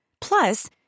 Plus